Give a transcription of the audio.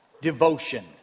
devotion